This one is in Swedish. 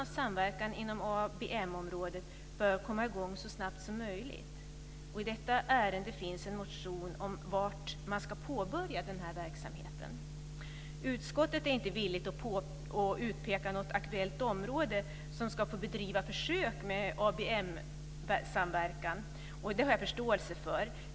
ABM-området bör komma i gång så snabbt som möjligt. I detta ärende finns en motion om var man ska påbörja verksamheten. Utskottet är inte villigt att peka ut något aktuellt område som ska få bedriva försök med ABM-samverkan. Det har jag förståelse för.